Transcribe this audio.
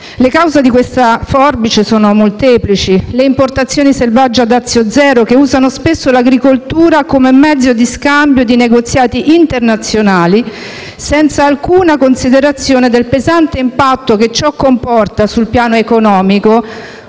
Le cause di questa forbice sono molteplici: le importazioni selvagge a dazio zero, che usano spesso l'agricoltura come mezzo di scambio in negoziati internazionali, senza alcuna considerazione del pesante impatto che ciò comporta sul piano economico,